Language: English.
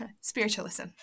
spiritualism